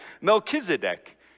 Melchizedek